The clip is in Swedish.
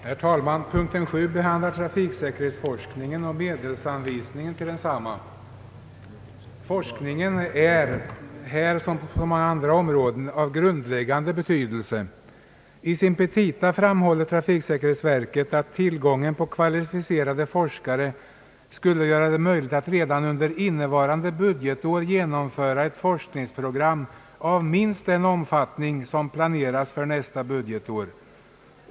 Herr talman! Punkten 7 behandlar trafiksäkerhetsforskning och medelsanvisningen till densamma. Forskningen är här, som på många andra områden, av grundläggande betydelse. I sina petita framhåller trafiksäkerhetsrådet att tillgången på kvalificerade forskare skulle göra det möjligt att redan under innevarande budgetår genomföra ett forskningsprogram av minst den omfattning som planeras för nästa budgetår.